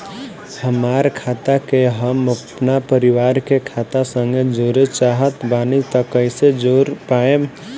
हमार खाता के हम अपना परिवार के खाता संगे जोड़े चाहत बानी त कईसे जोड़ पाएम?